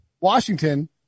Washington